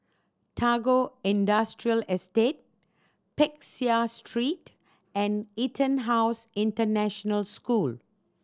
Tagore Industrial Estate Peck Seah Street and EtonHouse International School